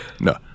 No